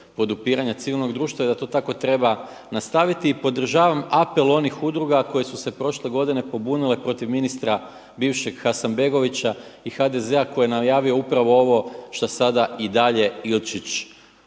podupiranja civilnog društva i da to tako treba nastaviti i podržavam apel onih udruga koje su se prošle godine pobunile protiv ministra bivšeg Hasanbegovića i HDZ koji je najavio upravo ovo šta sada i dalje Ilčić